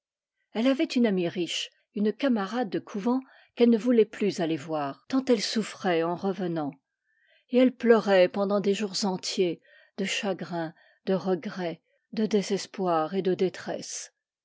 elle avait une amie riche une camarade de couvent qu'elle ne voulait plus aller voir tant elle souffrait en revenant et elle pleurait pendant des jours entiers de chagrin de regret de désespoir et de détresse